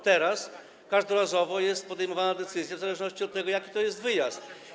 Teraz każdorazowo jest podejmowana decyzja, w zależności od tego, jaki to jest wyjazd.